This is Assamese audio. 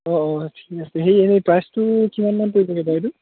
অঁ অঁ ঠিক আছে সেই এনে প্ৰাইচটো কিমান মান পৰিবগে বাৰু এইটো